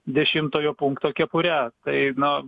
dešimtojo punkto kepure tai nu